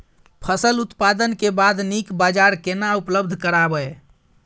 फसल उत्पादन के बाद नीक बाजार केना उपलब्ध कराबै?